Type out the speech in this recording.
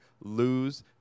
lose